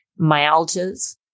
myalgias